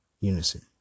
unison